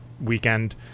weekend